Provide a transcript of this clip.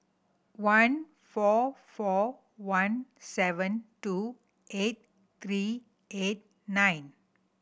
one four four one seven two eight three eight nine